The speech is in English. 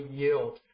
yield